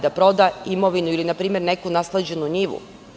Da proda imovinu ili neku nasleđenu njivu?